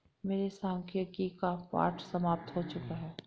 मेरे सांख्यिकी का पाठ समाप्त हो चुका है